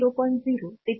त्यांना P0